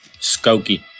Skokie